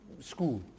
school